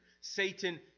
Satan